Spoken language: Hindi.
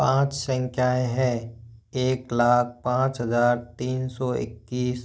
पाँच संख्याएँ हैं एक लाख पाँच हज़ार तीन सौ ईक्कीस